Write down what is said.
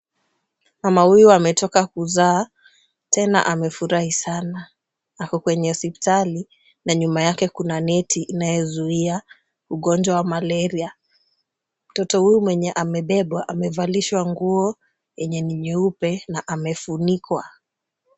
Mama huyu ametoka kuzaa tena amefurahi sana. Ako kwenye hospitali na nyuma yake kuna neti inayozuia ugonjwa wa malaria. Mtoto huyu mwenye amebebwa amevalishwa nguo yenye ni nyeupe na amefunikwa.